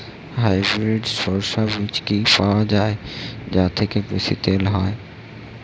Hybrid শরিষা বীজ কি পাওয়া য়ায় যা থেকে বেশি তেল হয়?